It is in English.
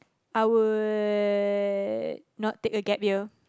I would not take a gap year